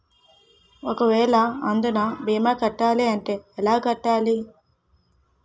ఒక వేల అందునా భీమా కట్టాలి అంటే ఎలా కట్టాలి?